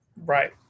Right